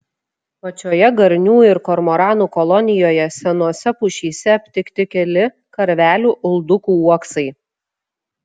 pačioje garnių ir kormoranų kolonijoje senose pušyse aptikti keli karvelių uldukų uoksai